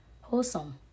wholesome